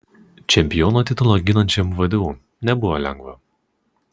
čempiono titulą ginančiam vdu nebuvo lengva